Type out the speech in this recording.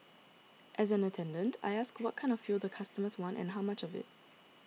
as an attendant I ask what kind of fuel the customers want and how much of it